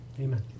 Amen